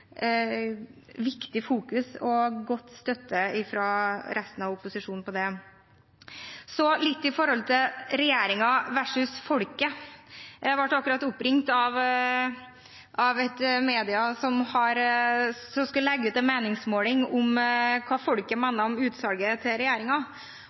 fokus og god støtte fra resten av opposisjonen på det. Så litt om regjeringen versus folket: Jeg ble akkurat oppringt av en mediebedrift som skulle legge ut en meningsmåling om hva folket mener om utsalget til